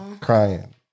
crying